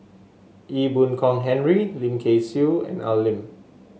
Ee Boon Kong Henry Lim Kay Siu and Al Lim